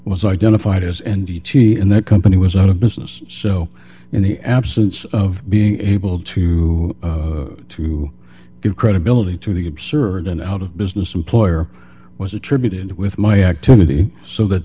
was identified as n t t and that company was out of business so in the absence of being able to to give credibility to the absurd and out of business employer was attributed with my activity so that